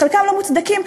חלקם לא מוצדקים,